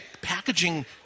packaging